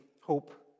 Hope